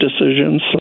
decisions